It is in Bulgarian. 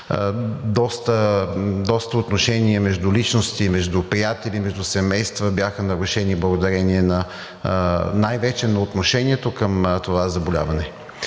Доста отношения между личности, между приятели, между семейства бяха нарушени благодарение най-вече на отношението към това заболяване.